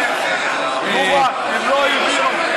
הם לא הבינו.